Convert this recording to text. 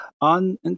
on